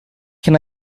can